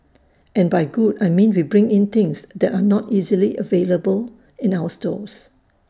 and by good I mean we bring in things that are not easily available in other stores